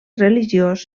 religiós